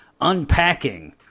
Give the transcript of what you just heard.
unpacking